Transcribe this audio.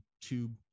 tube